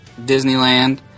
Disneyland